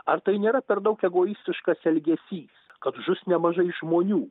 ar tai nėra per daug egoistiškas elgesys kad žus nemažai žmonių